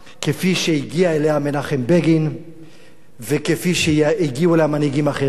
כפי שהגיע אליה מנחם בגין וכפי שהגיעו אליה מנהיגים אחרים.